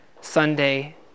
Sunday